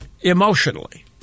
emotionally